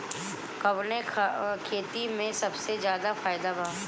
कवने खेती में सबसे ज्यादा फायदा बा?